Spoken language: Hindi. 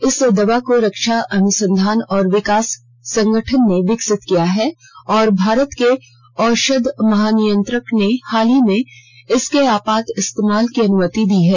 इस दवा को रक्षा अनुसंधान और विकास संगठन ने विकसित किया है और भारत के औषध महानियंत्रक ने हाल ही में इसके आपात इंस्तेमाल की अनुमति दी है